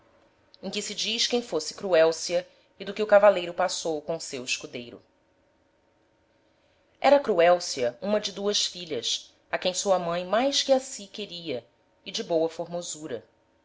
em que se diz quem fosse cruelcia e do que o cavaleiro passou com seu escudeiro era cruelcia uma de duas filhas a quem sua mãe mais que a si queria e de boa formosura